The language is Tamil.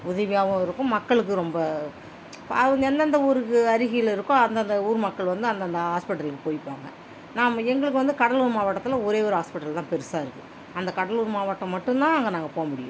உதவியாகவும் இருக்கும் மக்களுக்கு ரொம்ப அவங்க எந்தந்த ஊருக்கு அருகில் இருக்கோ அந்தந்த ஊர் மக்கள் அந்தந்த ஹாஸ்பிட்டலுக்கு போய்ப்பாங்கள் நம்ம எங்களுக்கு வந்து கடலூர் மாவட்டத்தில் ஒரே ஒரு ஹாஸ்பிட்டல் தான் பெருசாக இருக்குது அந்த கடலூர் மாவட்டம் மட்டும் தான் அங்கே நாங்கள் போக முடியும்